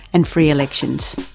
and free elections.